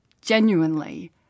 genuinely